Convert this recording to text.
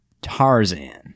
Tarzan